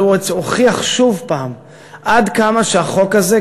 אבל הוא הוכיח שוב פעם עד כמה החוק הזה,